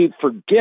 forget